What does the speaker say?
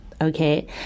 Okay